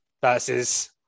versus